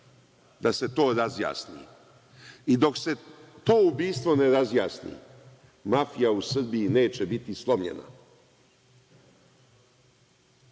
da se to razjasni. Dok se to ubistvo ne razjasni, mafija u Srbiji neće biti slomljena.